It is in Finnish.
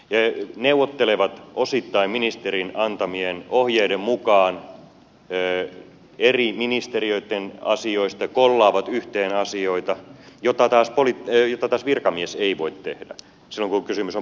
he neuvottelevat osittain ministerin antamien ohjeiden mukaan eri ministeriöitten asioista kollaavat yhteen asioita mitä taas virkamies ei voi tehdä silloin kun kysymys on poliittisluonteisesta asiasta